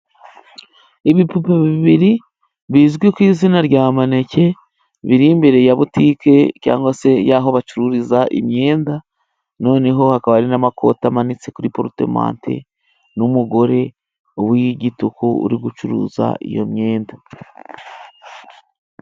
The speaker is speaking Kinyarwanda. Ibipupe bibiri bizwi ku izina rya maneke, biri imbere ya butike cyangwa se y'aho bacururiza imyenda, noneho hakaba hari n'amakoti amanitse kuri porotementi, n'umugore w'igituku uri gucuruza iyo myenda.